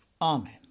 Amen